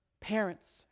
parents